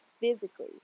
physically